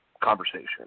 conversation